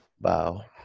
Bow